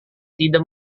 tidak